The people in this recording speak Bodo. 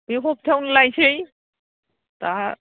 बे हप्तायावनो लायनोसै दा